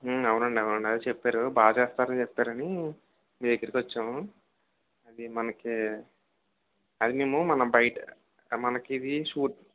అవునండి అవునండి అదే చెప్పారు బాగా చేస్తారని చెప్పారని మీ దగ్గరికి వచ్చాము అది మనకి అది మేము మనము బయట మనకిది షూట్